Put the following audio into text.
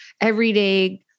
everyday